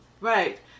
Right